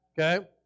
Okay